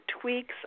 tweaks